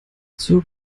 zur